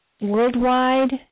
worldwide